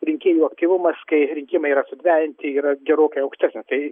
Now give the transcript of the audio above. rinkėjų aktyvumas kai rinkimai yra sudvejinti yra gerokai aukštesnis tai